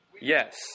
Yes